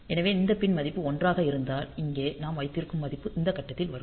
எனவே இந்த பின் மதிப்பு 1 ஆக இருந்தால் இங்கே நாம் வைத்திருக்கும் மதிப்பு இந்த கட்டத்தில் வரும்